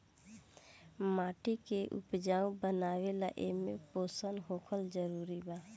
माटी के उपजाऊ बनावे ला एमे पोषण होखल जरूरी बा